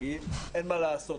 כי אין מה לעשות,